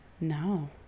No